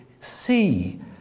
see